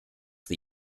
the